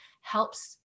helps